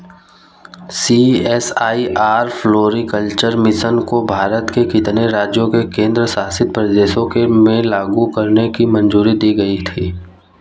CSIR floriculture mission को भारत के कितने राज्यों और केंद्र शासित प्रदेशों में लागू करने की मंजूरी दी गई थी?